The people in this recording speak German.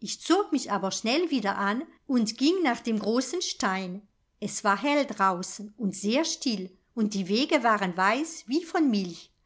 ich zog mich aber schnell wieder an und ging nach dem großen stein es war hell draußen und sehr still und die wege waren weiß wie von milch